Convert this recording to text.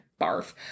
barf